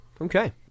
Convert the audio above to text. okay